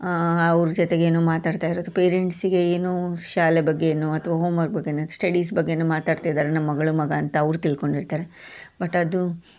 ಅವ್ರ ಜೊತೆಗೆ ಏನೋ ಮಾತಾಡ್ತಾ ಇರೋದು ಪೇರೆಂಟ್ಸಿಗೆ ಏನು ಶಾಲೆ ಬಗ್ಗೆ ಏನೋ ಅಥ್ವಾ ಹೋಮ್ವರ್ಕ್ ಬಗ್ಗೆನೋ ಸ್ಟಡೀಸ್ ಬಗ್ಗೆನೋ ಮಾತಾಡ್ತಿದ್ದಾರೆ ನಮ್ಮ ಮಗಳು ಮಗ ಅಂತ ಅವರು ತಿಳ್ಕೊಂಡಿರ್ತಾರೆ ಬಟ್ ಅದು